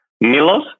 Milos